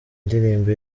ndirimbo